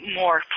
more